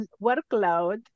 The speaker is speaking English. workload